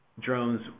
drones